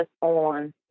on